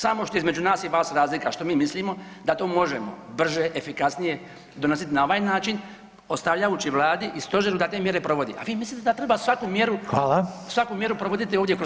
Samo što je između nas i vas razlika što mi mislimo da to možemo brže, efikasnije donositi na ovaj način ostavljajući Vladi i stožeru da te mjere provodi, a vi mislite da treba svaku mjeru [[Upadica: Hvala.]] svaku mjeru provoditi ovdje kroz